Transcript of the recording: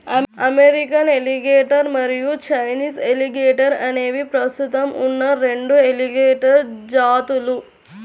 American alligator మరియు Chinese alligator అనేవి ప్రస్తుతం ఉన్న రెండు ఎలిగేటర్ జాతులు